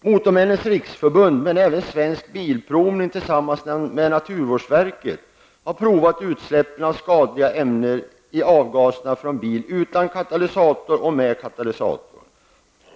Motormännens riksförbund, men även Svensk Bilprovning tillsammans med naturvårdsverket, har provat utsläppen av skadliga ämnen i avgaserna från en bil utan katalysator och en med katalysator.